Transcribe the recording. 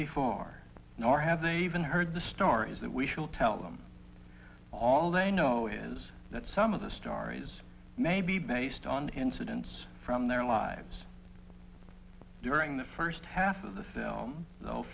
before nor have they even heard the stories that we should tell them all they know is that some of the stories may be based on incidents from their lives during the first half of the film th